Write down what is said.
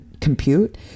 compute